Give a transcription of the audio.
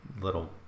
little